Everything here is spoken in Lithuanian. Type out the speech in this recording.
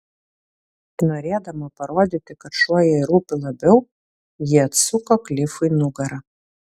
norėdama parodyti kad šuo jai rūpi labiau ji atsuko klifui nugarą